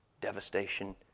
devastation